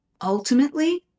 ultimately